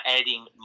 adding